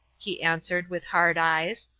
he answered, with hard eyes.